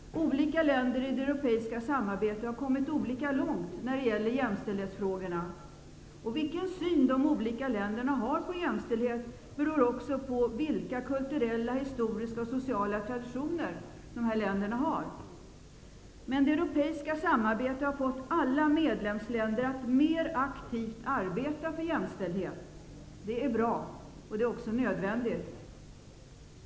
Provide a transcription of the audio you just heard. Olika länder i det europeiska samarbetet har kommit olika långt när det gäller jämställdhetsfrågorna. Vilken syn man i de olika länderna har på jämställdhet beror också på vilka kulturella, historiska och sociala traditioner länderna har. Men det europeiska samarbetet har fått alla medlemsländer att mer aktivt arbeta för jämställdhet. Det är bra och också nödvändigt.